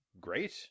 great